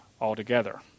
altogether